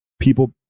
people